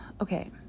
okay